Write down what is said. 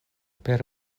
per